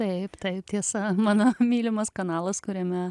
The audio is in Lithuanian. taip taip tiesa mano mylimas kanalas kuriame